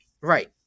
Right